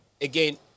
Again